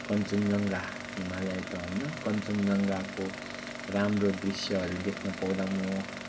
कञ्चनजङ्घा हिमालय त होइन कञ्चनजङ्घाको राम्रो दृश्यहरू देख्न पाउँदा म